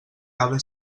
cada